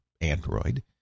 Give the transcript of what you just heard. Android